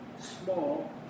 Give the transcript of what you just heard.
small